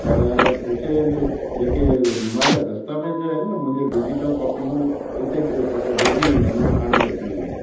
पर उते जेके बीमा जा दस्तावेज़ु आहिनि मुंहिंजे डिजीटल कॉपियूं उते रहिजी वियूं आहिनि खणण रहिजी वियूं आहिनि